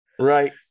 Right